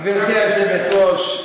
גברתי היושבת-ראש,